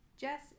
Jess